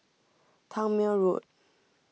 Tangmere Road